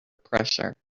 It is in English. pressure